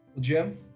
Jim